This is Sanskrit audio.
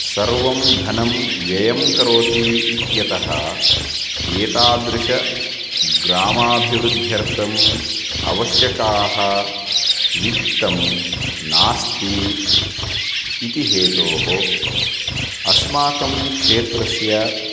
सर्वं धनं व्ययं करोति इत्यतः एतादृश ग्रामाभिवृद्ध्यर्थम् आवश्यकाः वित्तं नास्ति इति हेतोः अस्माकं क्षेत्रस्य